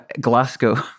Glasgow